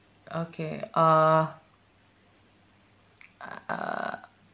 okay uh uh uh